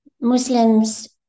muslims